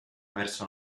verso